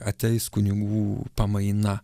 ateis kunigų pamaina